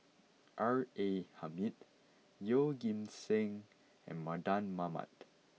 R A Hamid Yeoh Ghim Seng and Mardan Mamat